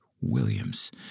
Williams